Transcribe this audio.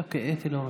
אוקיי, אתי לא רוצה.